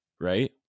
right